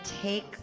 take